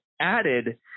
added